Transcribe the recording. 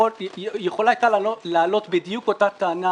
היא יכולה היתה להעלות בדיוק אותה טענה